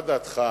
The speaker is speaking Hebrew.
מה דעתך